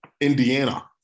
Indiana